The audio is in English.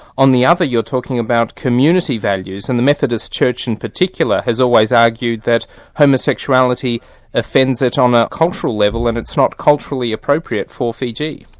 on the other you're talking about community values, and the methodist church in particular has always argued that homosexuality offends it on a cultural level, and it's not culturally appropriate for fiji.